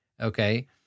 okay